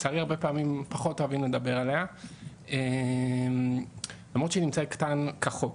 שיצא לי הרבה פעמים פחות לדבר עליה למרות שהיא נמצאת כאן כחוק.